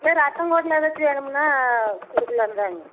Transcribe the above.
இல்லை ரத்தம் குடல் ஏதாச்சும் வேணும்னால் கொடுக்கலானுதாங்க